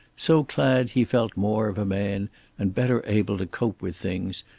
so clad he felt more of a man and better able to cope with things,